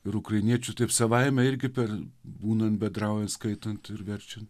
ir ukrainiečių taip savaime irgi per būnant bendraujant skaitant ir verčiant